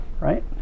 right